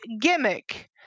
gimmick